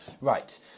Right